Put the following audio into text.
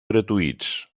gratuïts